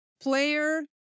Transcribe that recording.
player